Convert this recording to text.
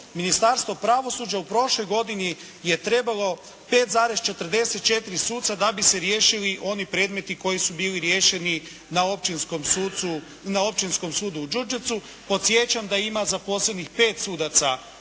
Ministarstvo pravosuđa u prošloj godini je trebalo 5,44 suca da bi se riješili oni predmeti koji su bili riješeni na Općinskom sudu u Đurđevcu. Podsjećam da ima zaposlenih 5 sudaca